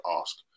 ask